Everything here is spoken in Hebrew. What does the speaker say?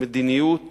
מדיניות